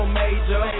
major